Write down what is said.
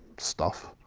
stuff,